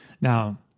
Now